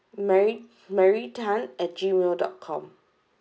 mary mary Tan at gmail dot com